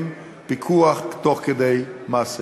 ובוודאי הדבר הזה לא משרת את העניין הזה.